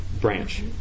branch